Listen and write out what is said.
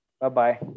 bye-bye